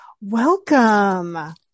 Welcome